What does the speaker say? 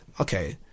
okay